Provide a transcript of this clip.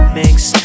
makes